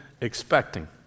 expecting